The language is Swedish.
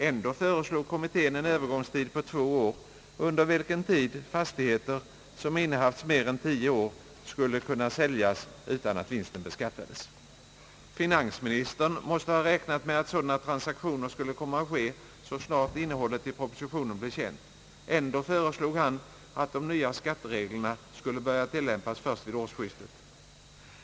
Ändå föreslog kommittén en övergångstid på två år, under vilken tid fastigheter som innehafts mer än tio år skulle kunna säljas utan att vinsten beskattades. Finansministern måste ha räknat med att sådana transaktioner skulle komma att ske så snart innehållet i propositionen blev känt. Ändå föreslog han att de nya skattereglerna skulle tillämpas först vid årsskiftet.